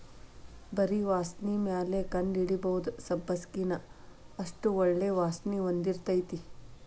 ಬರಿ ವಾಸ್ಣಿಮ್ಯಾಲ ಕಂಡಹಿಡಿಬಹುದ ಸಬ್ಬಸಗಿನಾ ಅಷ್ಟ ಒಳ್ಳೆ ವಾಸ್ಣಿ ಹೊಂದಿರ್ತೈತಿ